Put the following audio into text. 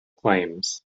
claims